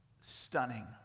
stunning